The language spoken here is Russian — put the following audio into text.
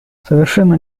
совершенно